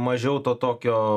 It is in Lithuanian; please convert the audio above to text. mažiau to tokio